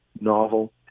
novel